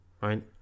right